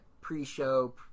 pre-show